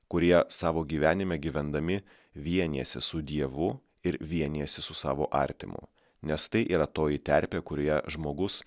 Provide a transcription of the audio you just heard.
kurie savo gyvenime gyvendami vienijasi su dievu ir vienijasi su savo artimu nes tai yra toji terpė kurioje žmogus